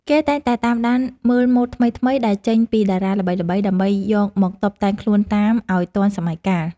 គេតែងតែតាមដានមើលម៉ូដថ្មីៗដែលចេញពីតារាល្បីៗ ដើម្បីយកមកតុបតែងខ្លួនតាមឱ្យទាន់សម័យកាល។